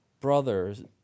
brothers